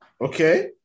Okay